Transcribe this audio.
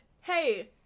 hey